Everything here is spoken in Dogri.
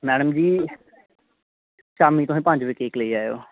मैडम जी शामीं तुस पंज बजे केक लेई आवेओ